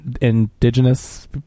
indigenous